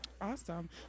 awesome